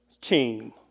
team